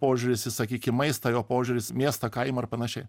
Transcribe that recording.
požiūris į sakykim maistą jo požiūris miestą kaimą ar panašiai